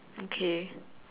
okay